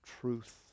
Truth